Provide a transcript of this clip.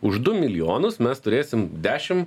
už du milijonus mes turėsim dešim